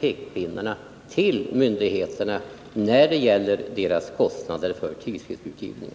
pekpinnar till myndigheterna när det gäller deras kostnader för tidskriftsutgivningen.